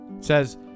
says